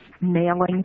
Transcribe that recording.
nailing